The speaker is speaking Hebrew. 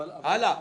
הלאה.